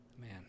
Man